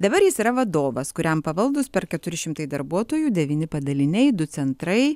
dabar jis yra vadovas kuriam pavaldūs per keturi šimtai darbuotojų devyni padaliniai du centrai